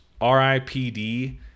RIPD